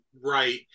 right